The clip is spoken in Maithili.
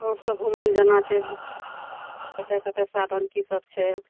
आओर सभ घुमय लए जेनाइ छै कते कते साधन की सभ छै